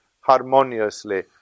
harmoniously